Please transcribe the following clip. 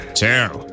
two